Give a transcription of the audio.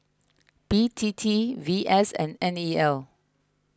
B T T V S and N E L